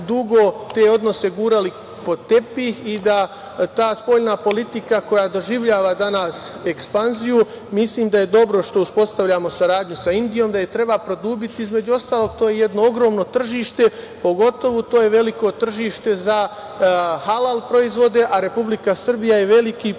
da smo dugo te odnose gurali pod tepih i da ta spoljna politika koja doživljava danas ekspanziju, mislim da je dobro što uspostavljamo saradnju sa Indijom, da je treba produbiti. To je jedno ogromno tržište, pogotovo je to veliko tržište za halal proizvode, a Republika Srbija je veliki proizvođač